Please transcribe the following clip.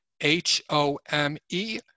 H-O-M-E